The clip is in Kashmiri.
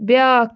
بیٛاکھ